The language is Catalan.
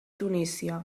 tunísia